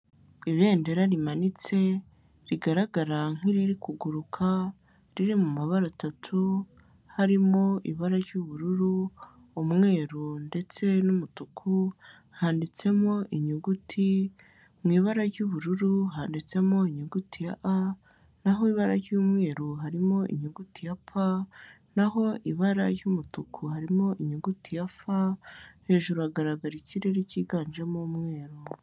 Ibendera rimanitse rigaragara nk'iri kuguruka riri mu mabara atatu harimo ibara ry'ubururu, umweru ndetse n'umutuku handitsemo inyuguti mu ibara ry'ubururu handitsemo inyuguti A n'aho ibara ry'umweru harimo inyuguti ya P n'aho ibara ry'umutuku harimo inyuguti ya F hejuru hagaragara ikirere cyiganjemo umweru.